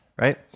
right